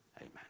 Amen